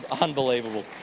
unbelievable